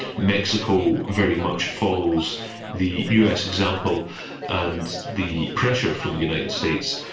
mexico very much follows the us example and the pressure from the united states,